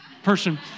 person